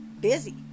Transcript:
busy